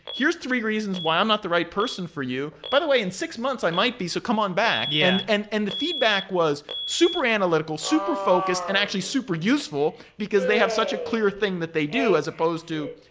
here's three reasons while i'm not the right person for you. by the way, in six months i might be, so come on back, yeah and and and the feedback was super analytical, super focused and actually super useful, because they have such a clearer thing that they do as supposed to,